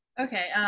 okay,